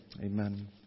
Amen